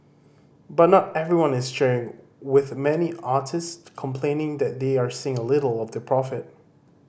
but not everyone is cheering with many artists complaining that they are seeing little of the profit